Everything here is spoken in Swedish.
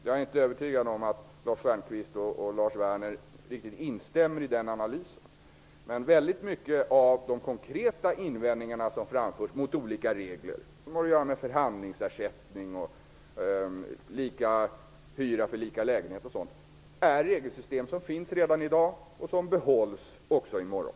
Jag är inte övertygad om att Lars Stjernkvist och Lars Werner riktigt instämmer i den analysen. Men mycket av de konkreta invändningar som framförs mot olika regler, som har att göra med förhandlingsersättning, lika hyra för lika lägenhet osv., gäller regler som finns redan i dag och som vi behåller också i morgon.